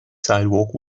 sidewalk